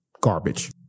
garbage